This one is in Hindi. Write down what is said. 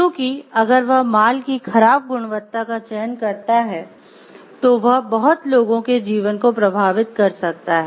क्योंकि अगर वह माल की खराब गुणवत्ता का चयन करता है तो वह बहुत लोगों के जीवन को प्रभावित कर सकता है